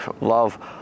love